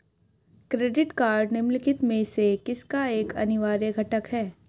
Credit card निम्नलिखित में से किसका एक अनिवार्य घटक है?